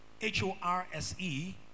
H-O-R-S-E